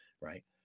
right